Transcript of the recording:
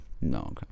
No